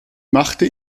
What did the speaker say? machte